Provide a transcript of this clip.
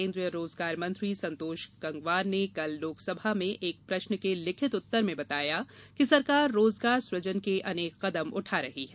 केन्द्रीय रोजगार मंत्री संतोष गंगवार ने कल लोकसभा में एक प्रश्न के लिखित उत्तर में बताया कि सरकार रोजगार सुजन के अनेक कदम उठा रही है